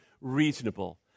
reasonable